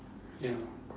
ya